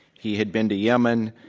he had been to yemen.